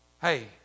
Hey